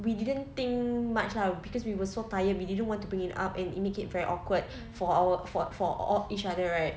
we didn't think much lah cause we were so tired we didn't want to bring it up and it make it very awkward for our for for all each other right